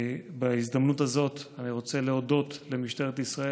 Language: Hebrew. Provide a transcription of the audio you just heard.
בהזדמנות הזאת אני רוצה להודות למשטרת ישראל.